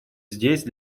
здесь